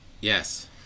Yes